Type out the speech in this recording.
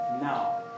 now